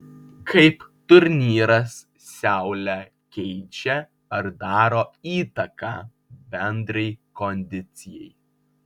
kaip turnyras seule keičia ar daro įtaką bendrai kondicijai